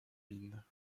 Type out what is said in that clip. mines